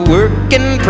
Working